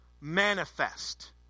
manifest